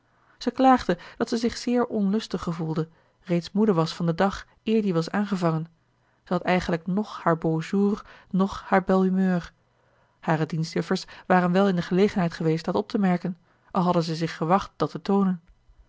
dat zij zich zeer onlustig gevoelde reeds moede was van den dag eer die was aangevangen zij had eigenlijk noch haar beau jour noch haar belle humeur hare dienstjuffers waren wel in de gelegenheid geweest dat op te merken al hadden zij zich gewacht dat te toonen